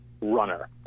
runner